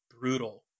brutal